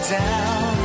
down